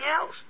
else